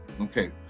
Okay